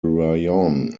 rayon